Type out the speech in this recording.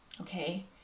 okay